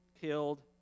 killed